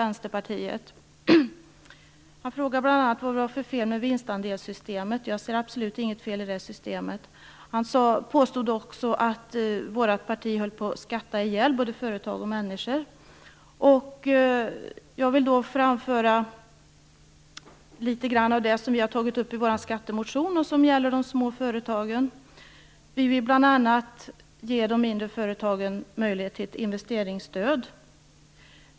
Vänsterpartiet. Han frågade vad det var för fel med vinstandelssystemet. Jag ser absolut inget fel i det systemet. Han påstod också att vårt parti höll på att skatta ihjäl både företag och människor. Jag vill då framföra en del av det vi har tagit upp i vår skattemotion och som gäller de små företagen. Vi vill bl.a. ge de mindre företagen möjlighet till ett investeringsstöd.